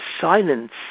silence